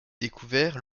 découvert